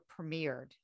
premiered